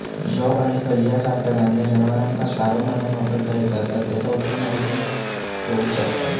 जौ आणि फलिया सारखा धान्य जनावरांका चारो म्हणान वापरता येता तर तेचा उत्पन्न अजून घेऊ शकतास